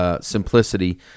Simplicity